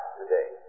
today